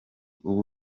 ubu